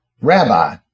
Rabbi